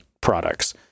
products